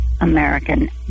American